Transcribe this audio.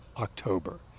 October